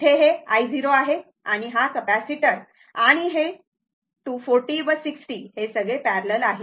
येथे हे i0 आहे आणि हा कॅपेसिटर आणि हे 240 व 60 हे सगळे पॅरलल आहेत